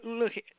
look